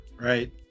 right